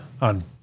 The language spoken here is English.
on